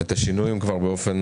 לפני כן